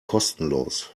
kostenlos